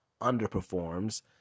underperforms